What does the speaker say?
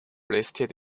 listed